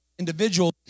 individual